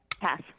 pass